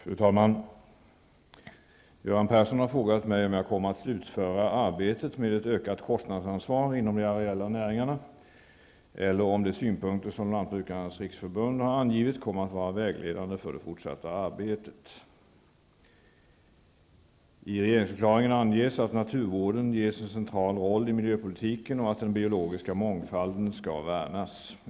Fru talman! Göran Persson har frågat mig om jag kommer att slutföra arbetet med ett ökat kostnadsansvar inom de areella näringarna eller om de synpunkter som Lantbrukarnas riksförbund har angivit kommer att vara vägledande för det fortsatta arbetet. I regeringsförklaringen anges att naturvården ges en central roll i miljöpolitiken och att den biologiska mångfalden skall värnas.